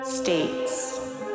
States